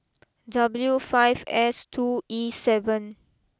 W five S two E seven